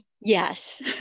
Yes